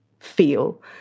feel